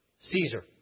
Caesar